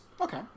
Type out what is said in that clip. Okay